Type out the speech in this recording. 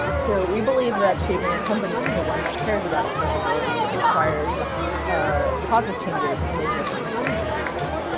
so we believe that shaping a company into one that cares about accessibility requires ah process changes in addition to culture changes.